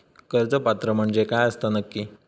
कर्ज पात्र म्हणजे काय असता नक्की?